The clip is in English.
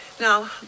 Now